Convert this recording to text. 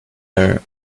aware